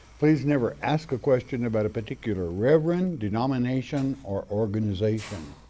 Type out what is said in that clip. please never ask a question about a particular reverend, denomination or organization.